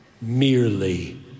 merely